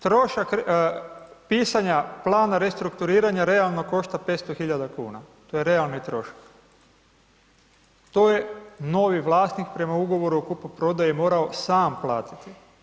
Trošak pisanja plana restrukturiranja realno košta 500.000 kuna, to je realni trošak, to je novi vlasnik prema ugovoru o kupoprodaji morao sam platiti.